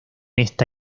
esa